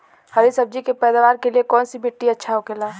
हरी सब्जी के पैदावार के लिए कौन सी मिट्टी अच्छा होखेला?